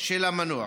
של המנוח.